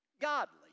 godly